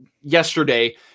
yesterday